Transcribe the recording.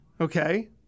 okay